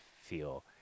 feel